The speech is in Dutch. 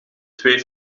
twee